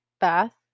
bath